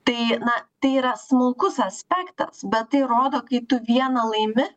tai na tai yra smulkus aspektas bet tai rodo kai tu vieną laimi